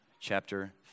chapter